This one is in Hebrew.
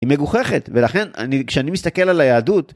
היא מגוחכת ולכן אני כשאני מסתכל על היהדות.